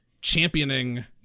championing